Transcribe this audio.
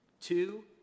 two